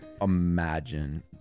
Imagine